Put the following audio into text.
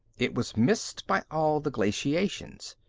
it was missed by all the glaciations.